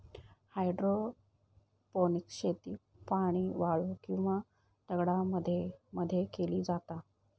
hydroponics शेती पाणी, वाळू किंवा दगडांमध्ये मध्ये केली जाता